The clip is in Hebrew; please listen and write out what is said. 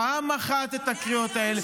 פעם אחת, את הקריאות האלה?